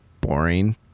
boring